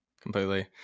completely